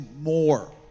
more